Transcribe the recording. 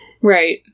right